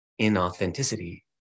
inauthenticity